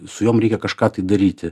su jom reikia kažką tai daryti